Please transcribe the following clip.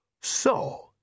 So